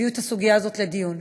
תביאו את הסוגיה הזאת לדיון.